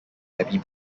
abbey